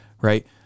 right